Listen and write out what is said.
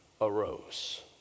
arose